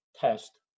test